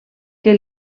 que